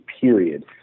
period